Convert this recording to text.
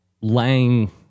Lang